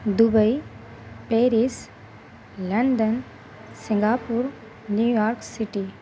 Dubai Paris London Singapore New York city